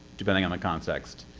depending on the context.